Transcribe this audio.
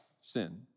sin